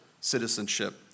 citizenship